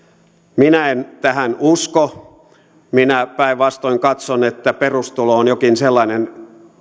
minä en tähän usko minä päinvastoin katson että perustulo on jokin sellainen